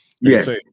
Yes